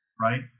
right